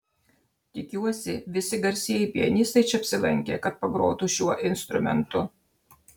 tikiuosi visi garsieji pianistai čia apsilankė kad pagrotų šiuo instrumentu